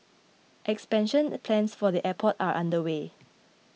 expansion plans for the airport are underway